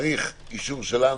צריך אישור שלנו?